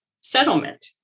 settlement